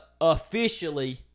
officially